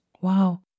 Wow